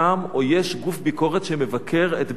גוף ביקורת שמבקר את בית-החולים הזה,